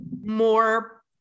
more